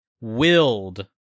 willed